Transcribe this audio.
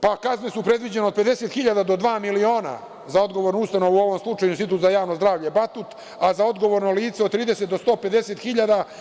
Pa, kazne su predviđene od 50 hiljada do dva miliona za odgovornu ustanovu, u ovom slučaju Institut za javno zdravlje Batut, a za odgovorno lice od 30 do 150 hiljada.